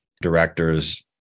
directors